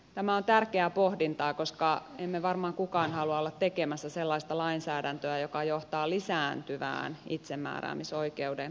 tämä on tärkeää pohdintaa koska emme varmaan kukaan halua olla tekemässä sellaista lainsäädäntöä joka johtaa lisääntyvään itsemääräämisoikeuden kaventamiseen